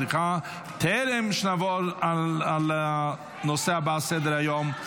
סליחה, בטרם נעבור לנושא הבא על סדר-היום,